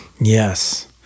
yes